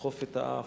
לדחוף את האף,